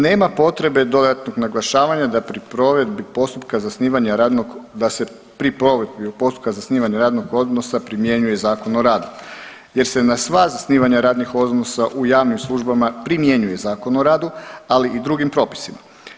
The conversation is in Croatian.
Nema potrebe dodatnog naglašavanja da pri provedbi postupka zasnivanja radnog, da se pri … postupka zasnivanja radnog odnosa primjenjuje Zakon o radu jer se na sva zasnivanja radnih odnosa u javnim službama primjenjuje Zakon o radu ali i drugim propisima.